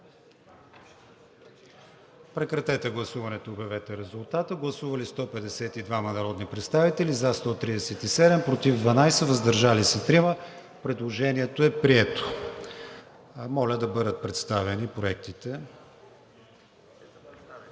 преномерират съответно от 10 до 18. Гласували 152 народни представители: за 137, против 12, въздържали се 3. Предложението е прието. Моля да бъдат представени проектите.